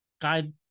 Guide